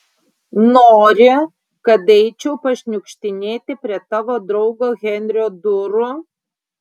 nori kad eičiau pašniukštinėti prie tavo draugo henrio durų